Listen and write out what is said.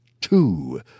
two